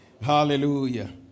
Hallelujah